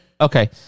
okay